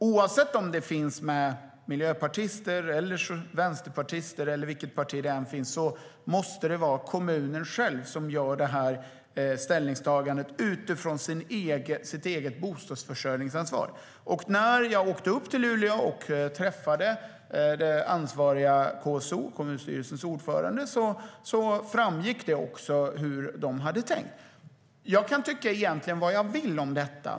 Oavsett om det handlar om miljöpartister, vänsterpartister eller vilket parti det än är måste det vara kommunen själv som gör ställningstagandet utifrån sitt eget bostadsförsörjningsansvar. När jag åkte upp till Luleå och träffade ansvarig KSO, kommunstyrelsens ordförande, framgick det också hur de hade tänkt. Jag kan egentligen tycka vad jag vill om detta.